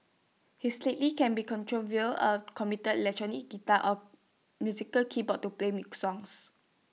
his lately can be controlled via A computer electric guitar or musical keyboard to play milk songs